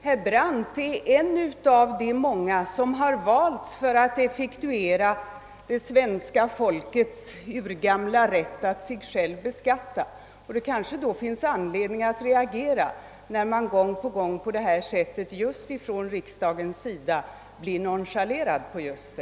Herr Brandt är en av de många som har valts för att utöva det svenska folkets urgamla rätt att sig själv beskatta, och då finns det kanske anledning att reagera då riksdagen gång på gång på detta sätt blir nonchalerad.